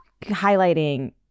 highlighting